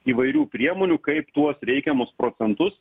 įvairių priemonių kaip tuos reikiamus procentus